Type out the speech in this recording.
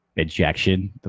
Ejection